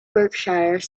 berkshire